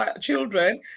children